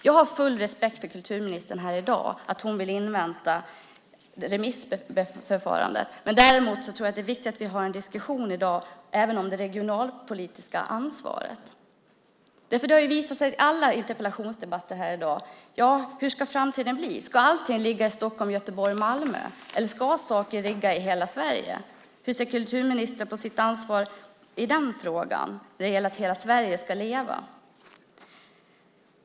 Jag har full respekt för att kulturministern vill invänta remissförfarandet. Däremot tror jag att det är viktigt att vi har en diskussion i dag om det regionalpolitiska ansvaret. Det har nämligen visat sig i alla interpellationsdebatter här i dag att frågorna som ställs är: Hur ska framtiden bli? Ska allting ligga i Stockholm, Göteborg och Malmö eller ska något få ligga någonstans i övriga Sverige? Hur ser kulturministern på sitt ansvar när det gäller att hela Sverige ska leva?